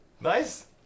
Nice